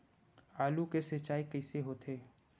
आलू के सिंचाई कइसे होथे?